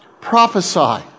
prophesy